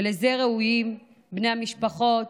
ולזה ראויים בני המשפחות